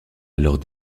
alors